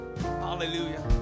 Hallelujah